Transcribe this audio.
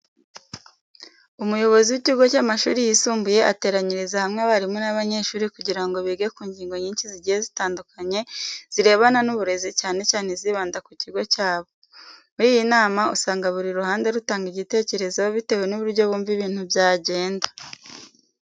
Umuyobozi w'ikigo cy'amashuri yisumbuye ateranyiriza hamwe abarimu n'abanyeshuri kugira ngo bige ku ngingo nyinshi zigiye zitandukanye zirebana n'uburezi cyane cyane izibanda ku kigo cyabo. Muri iyi nama usanga buri ruhande rutanga igitekerezo bitewe n'uburyo bumva ibintu byagenda.